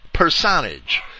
Personage